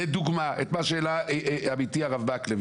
לדוגמה, את מה שהעלה עמיתי הרב מקלב.